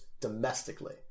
domestically